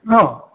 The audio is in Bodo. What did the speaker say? औ